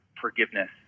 forgiveness